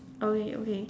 are we okay